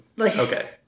okay